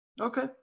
Okay